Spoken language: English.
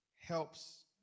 helps